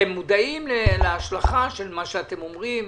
אתם מודעים להשלכה של מה שאתם אומרים?